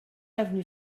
avenue